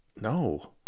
No